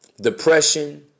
depression